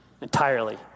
entirely